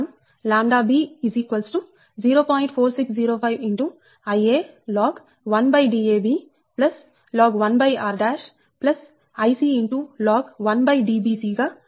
4605 Ia log 1Dab Ib log1r Ic log 1Dbc గా రాయచ్చు